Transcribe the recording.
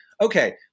Okay